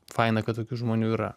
faina kad tokių žmonių yra